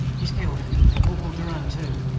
he's killed. and corporal durand too!